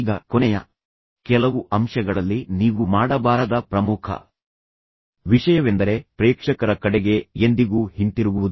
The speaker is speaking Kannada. ಈಗ ಕೊನೆಯ ಕೆಲವು ಅಂಶಗಳಲ್ಲಿ ನೀವು ಮಾಡಬಾರದ ಪ್ರಮುಖ ವಿಷಯವೆಂದರೆ ಪ್ರೇಕ್ಷಕರ ಕಡೆಗೆ ಎಂದಿಗೂ ಹಿಂತಿರುಗುವುದು